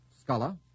scholar